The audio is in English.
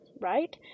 right